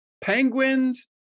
Penguins